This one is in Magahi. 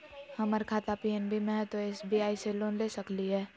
हमर खाता पी.एन.बी मे हय, तो एस.बी.आई से लोन ले सकलिए?